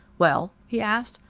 well, he asked,